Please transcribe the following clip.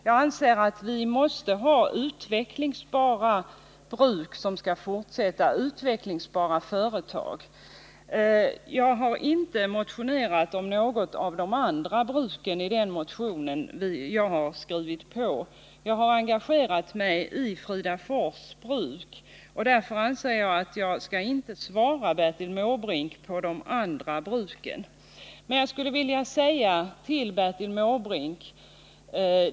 Jag anser att det skall vara utvecklingsbara bruk och företag som skall fortsätta. Vi har inte berört något av de andra bruken i den motion som bl.a. jag har skrivit under. Jag har engagerat mig i Fridafors bruk, och därför anser jag att jag inte skall svara på Bertil Måbrinks frågor om de andra bruken.